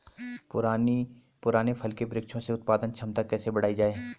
पुराने फल के वृक्षों से उत्पादन क्षमता कैसे बढ़ायी जाए?